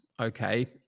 Okay